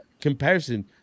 comparison